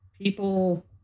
people